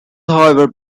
however